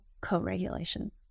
co-regulation